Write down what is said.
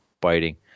biting